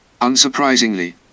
Unsurprisingly